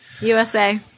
USA